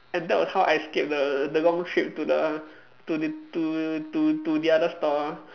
and that was how I escaped the the long trip to the to the to to to the other store